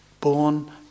Born